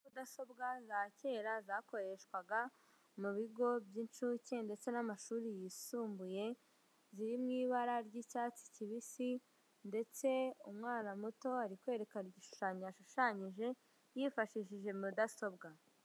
Mudasobwa za kera zakoreshwaga mu bigo by'inshuke ndetse n'amumashuri yisumbuye ziri mu ibara ry'icyatsi kibisi, ndetse umwana muto ari kwerekana igishushanyo yashushanyije yifashishije mudasobwa.